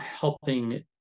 helping